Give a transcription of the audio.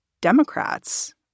Democrats